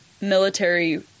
military